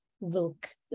look